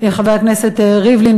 חבר הכנסת ריבלין,